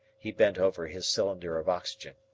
he bent over his cylinder of oxygen.